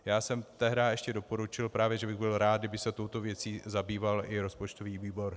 Já jsem tehdy ještě doporučil právě, že bych byl rád, kdyby se touto věcí zabýval i rozpočtový výbor.